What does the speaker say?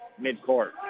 midcourt